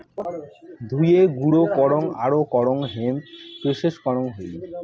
ধুয়ে, গুঁড়ো করং আরো করং হেম্প প্রেসেস করং হই